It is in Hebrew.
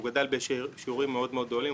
הוא גדל בשיעורים גדולים מאוד.